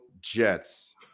Jets